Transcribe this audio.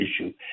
issue